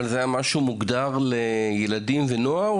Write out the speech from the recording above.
אבל זה משהו שמוגדר עבור ילדים ונוער?